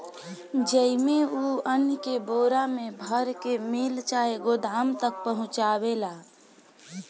जेइमे, उ अन्न के बोरा मे भर के मिल चाहे गोदाम तक पहुचावेला